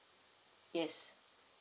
yes